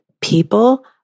people